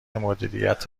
مدیریت